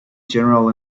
general